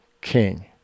king